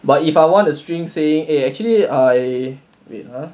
but if I want to string saying eh actually I wait ah